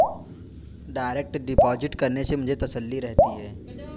direct deposit करने से मुझे तसल्ली रहती है